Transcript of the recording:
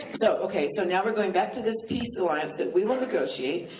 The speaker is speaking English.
so okay, so now we're going back to this peace alliance that we will negotiate,